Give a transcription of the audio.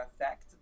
effect